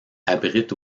abrite